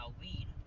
weed